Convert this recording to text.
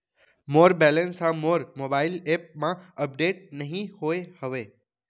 मोर balance हा मोर mobile app मा अपडेट नहीं होय हवे